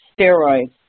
steroids